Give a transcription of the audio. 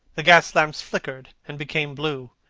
the gas-lamps flickered and became blue,